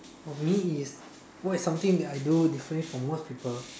for me is what is something that I do differently than most people